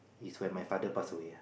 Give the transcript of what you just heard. is when my father pass away ah